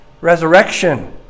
resurrection